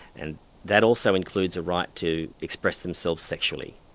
and that also includes a right to express themselves sexually.